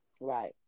right